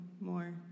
more